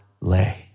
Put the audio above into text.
lay